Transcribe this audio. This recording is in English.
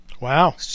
Wow